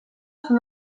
són